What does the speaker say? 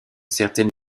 certaine